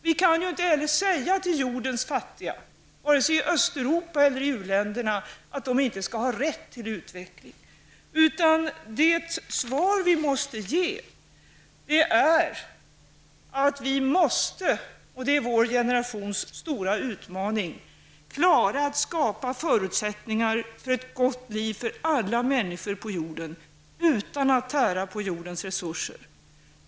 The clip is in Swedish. Vi kan inte heller säga till jordens fattiga, vare sig i Östeuropa eller i u-länderna, att de inte skall ha rätt till utveckling. Det svar vi skall ge är att vi måste -- och det är vår generations stora utmaning -- klara att skapa förutsättningar för ett gott liv för alla människor på jorden utan att tära på jordens resurser.